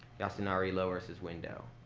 yasunari lowers his window.